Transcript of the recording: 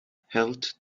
held